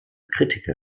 kritiker